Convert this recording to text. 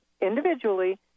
individually